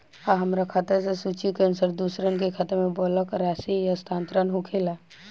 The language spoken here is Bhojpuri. आ हमरा खाता से सूची के अनुसार दूसरन के खाता में बल्क राशि स्थानान्तर होखेला?